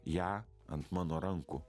ją ant mano rankų